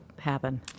happen